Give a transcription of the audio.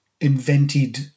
invented